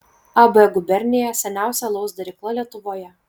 ab gubernija seniausia alaus darykla lietuvoje